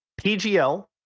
PGL